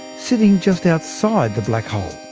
sitting just outside the black hole.